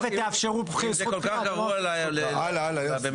שתאפשרו זכות בחירה ------ באמת.